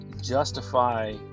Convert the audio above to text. justify